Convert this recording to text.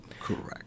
Correct